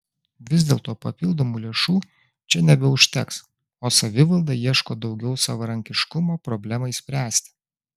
vis dėlto papildomų lėšų čia nebeužteks o savivalda ieško daugiau savarankiškumo problemai spręsti